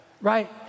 right